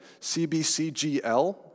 CBCGL